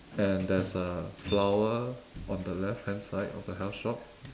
and there's a flower on the left hand side of the health shop